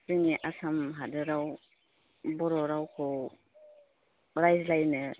जोंनि आसाम हादोरसायाव बर' रावखौ रायज्लायनो